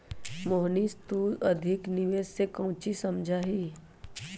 मोहनीश तू अधिक निवेश से काउची समझा ही?